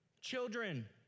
Children